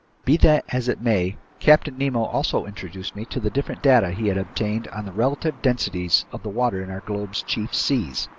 be that as it may, captain nemo also introduced me to the different data he had obtained on the relative densities of the water in our globe's chief seas.